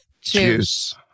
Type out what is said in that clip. Juice